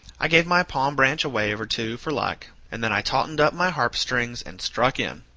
i gave my palm branch a wave or two, for luck, and then i tautened up my harp-strings and struck in.